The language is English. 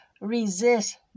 Resist